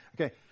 Okay